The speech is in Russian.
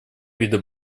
виды